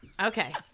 Okay